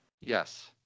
Yes